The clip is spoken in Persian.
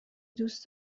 دوست